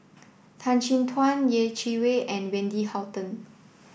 Tan Chin Tuan Yeh Chi Wei and Wendy Hutton